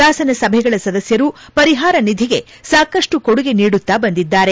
ಶಾಸನಸಭೆಗಳ ಸದಸ್ದರು ಪರಿಹಾರ ನಿಧಿಗೆ ಸಾಕಷ್ಟು ಕೊಡುಗೆ ನೀಡುತ್ತಾ ಬಂದಿದ್ದಾರೆ